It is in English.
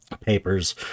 papers